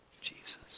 Jesus